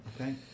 Okay